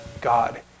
God